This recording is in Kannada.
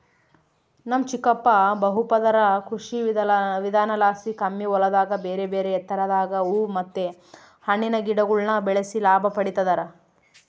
ನಮ್ ಚಿಕ್ಕಪ್ಪ ಬಹುಪದರ ಕೃಷಿವಿಧಾನಲಾಸಿ ಕಮ್ಮಿ ಹೊಲದಾಗ ಬೇರೆಬೇರೆ ಎತ್ತರದಾಗ ಹೂವು ಮತ್ತೆ ಹಣ್ಣಿನ ಗಿಡಗುಳ್ನ ಬೆಳೆಸಿ ಲಾಭ ಪಡಿತದರ